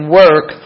work